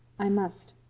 i must.